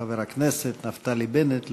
חבר הכנסת נפתלי בנט,